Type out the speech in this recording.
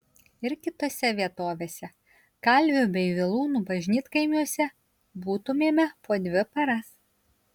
ir kitose vietovėse kalvių bei vilūnų bažnytkaimiuose būtumėme po dvi paras